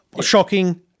Shocking